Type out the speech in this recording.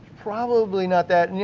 probably not that. and you